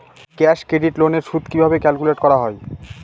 Cash credit loan এর সুদ কিভাবে ক্যালকুলেট করা হয়?